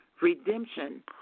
redemption